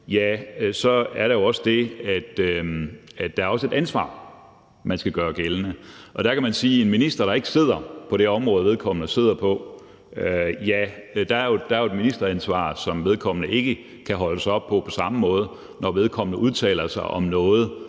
Der er også det, at der er et ansvar, man skal gøre gældende. Der kan man sige, at for en minister, der ikke sidder på det område, vedkommende har siddet på, er der jo et ministeransvar, som vedkommende ikke på samme måde kan holdes op på, når vedkommende udtaler sig om noget,